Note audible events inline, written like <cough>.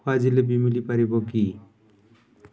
<unintelligible> ଜିଲାପି ମିଳିପାରିବ କି